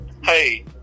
Hey